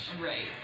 Right